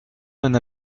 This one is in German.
einer